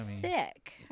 thick